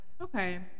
okay